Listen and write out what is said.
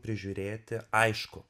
prižiūrėti aišku